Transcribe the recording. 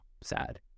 sad